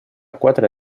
quatre